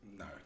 no